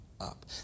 up